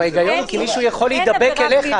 ההיגיון הוא כי מישהו יכול להידבק אליך,